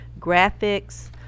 graphics